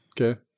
Okay